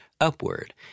upward